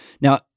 Now